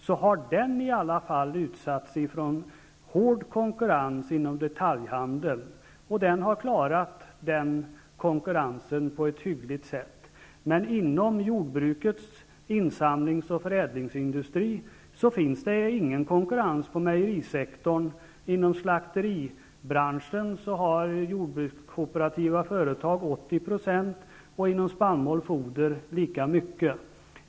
Den har i varje fall utsatts för hård konkurrens från detaljhandeln, och den har klarat konkurrensen på ett hyggligt sätt. Men inom jordbrukets insamlings och förädlingsindustri finns det ingen konkurrens på mejerisektorn. Inom slakteribranschen har jordbrukskooperativa företag 80 % av marknaden och inom spannmåls och foderbranschen är andelen lika stor.